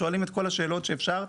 שואלים את כל השאלות שאפשר.